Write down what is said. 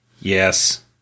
Yes